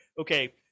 okay